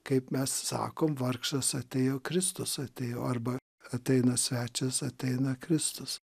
kaip mes sakom vargšas atėjo kristus atėjo arba ateina svečias ateina kristus